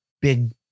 big